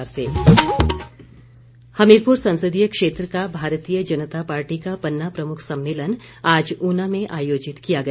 भाजपा हमीरपुर संसदीय क्षेत्र का भारतीय जनता पार्टी का पन्ना प्रमुख सम्मेलन आज ऊना में आयोजित किया गया